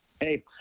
Hey